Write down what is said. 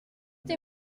tes